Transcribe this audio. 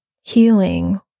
healing